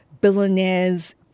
billionaires